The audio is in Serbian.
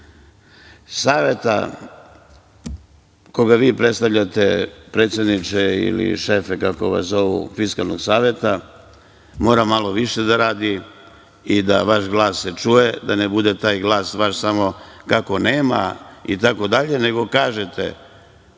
Saveta, koga vi predstavljate, predsedniče ili šefe kako vas zovu, Fiskalnog saveta mora malo više da radi i da vaš glas se čuje, da ne bude taj vaš glas samo kako nema itd. nego kažete